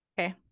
okay